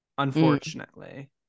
unfortunately